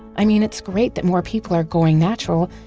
i mean, it's great that more people are going natural,